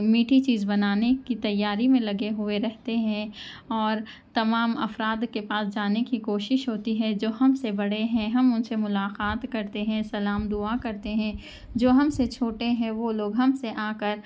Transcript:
میٹھی چیز بنانے کی تیاری میں لگے ہوئے رہتے ہیں اور تمام افراد کے پاس جانے کی کوشش ہوتی ہے جو ہم سے بڑے ہیں ہم ان سے ملاقات کرتے ہیں سلام دعا کرتے ہیں جو ہم سے چھوٹے ہیں وہ لوگ ہم سے آ کر